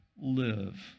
live